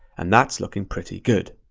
and that's looking pretty good.